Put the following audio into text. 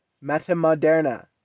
Meta-moderna